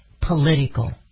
political